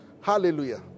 hallelujah